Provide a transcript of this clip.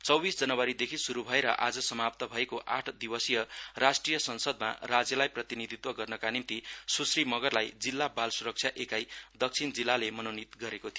चौबीस जनवरीदेखि शुरु भएर आज समापन भएको आठ दिवसीय राष्ट्रिय संसदमा राज्यलाई प्रतिनिधित्व गर्नका निम्ति सुश्री मगरलाई जिल्ला बाल सुरक्षा एकाई दिक्षिण जिल्लाले मनोनित गरेको थियो